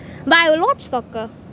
but I will watch soccer